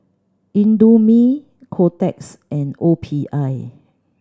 Indomie Kotex and O P I